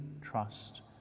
trust